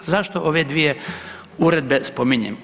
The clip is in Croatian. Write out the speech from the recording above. Zašto ove dvije uredbe spominjem?